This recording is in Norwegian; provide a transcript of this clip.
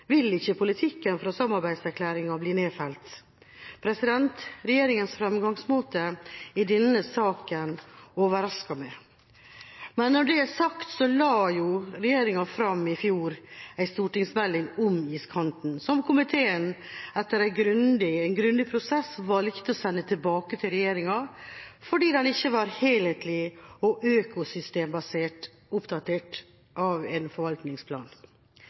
vil ikke politikken fra samarbeidserklæringa bli nedfelt. Regjeringas fremgangsmåte i denne saken overrasker meg. Når det er sagt, la regjeringa i fjor fram en stortingsmelding om iskanten, som komiteen etter en grundig prosess valgte å sende tilbake til regjeringa, fordi den ikke var helhetlig og økosystembasert oppdatert av en forvaltningsplan.